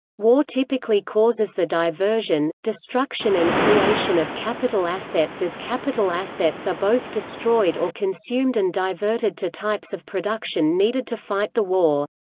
war typically causes the diversion, destruction and creation of capital assets as capital assets are both destroyed destroyed or consumed and diverted to types of production needed to fight the war.